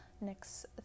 Next